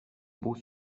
beaux